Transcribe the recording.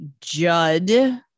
Judd